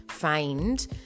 find